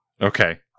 Okay